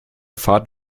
fahrt